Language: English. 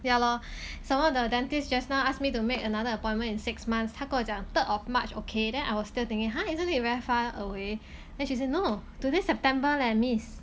ya lor some more the dentist just now ask me to make another appointment in six months 他跟我讲 third of march okay then I was still thinking !huh! isn't it very far away then she say no today september leh miss